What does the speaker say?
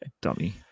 Dummy